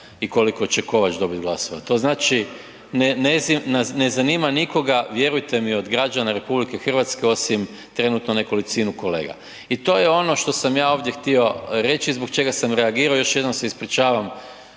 i koliko će Kovač dobit glasova. To znači, ne zaima nikoga vjerujte mi od građana RH osim trenutno nekolicinu kolega. I to je ono što sam ja ovdje htio reći, zbog čega sam reagirao, još jednom se ispričavam